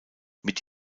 mit